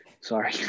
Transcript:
Sorry